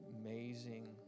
amazing